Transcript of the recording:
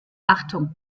achtung